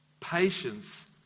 Patience